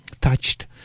touched